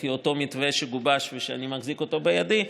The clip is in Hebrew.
לפי אותו מתווה שגובש ושאני מחזיק אותו בידי,